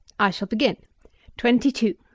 i shall begin twenty-two.